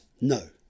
No